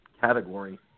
category